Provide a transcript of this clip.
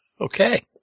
Okay